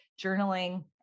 journaling